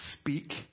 speak